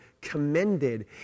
commended